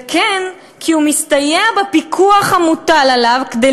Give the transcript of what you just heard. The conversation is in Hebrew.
וכן כי הוא מסתייע בפיקוח המוטל עליו כדי